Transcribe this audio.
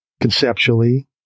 conceptually